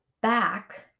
back